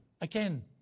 Again